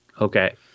Okay